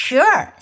Sure